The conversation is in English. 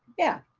yeah,